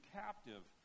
captive